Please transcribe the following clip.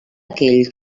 aquell